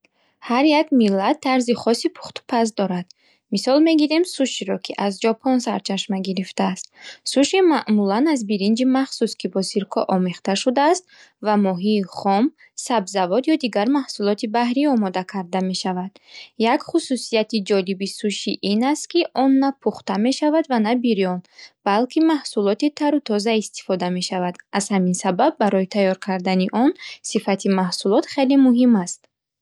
Ҳар як миллат тарзи хоси пухтупаз дорад. Мисол мегирем суширо, ки аз Ҷопон сарчашма гирифтааст. Суши маъмулан аз биринҷи махсус, ки бо сирко омехта шудааст, ва моҳии хом, сабзавот ё дигар маҳсулоти баҳрӣ омода карда мешавад. Як хусусияти ҷолиби суши ин аст, ки он на пухта мешавад ва на бирён, балки маҳсулоти тару тоза истифода мешаванд. Аз ҳамин сабаб барои тайёр кардани он сифати маҳсулот хеле муҳим аст.